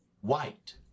White